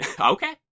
Okay